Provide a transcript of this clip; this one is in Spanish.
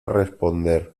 responder